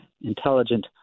intelligent